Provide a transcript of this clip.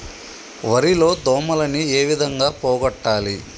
వరి లో దోమలని ఏ విధంగా పోగొట్టాలి?